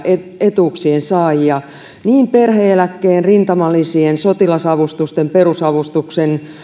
etuuksien saajia niin perhe eläkkeen rintamalisien sotilasavustusten perusavustuksen